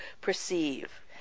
perceive